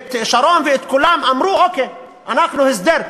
ואת שרון ואת כולם, ואמרו: אוקיי, הסדר.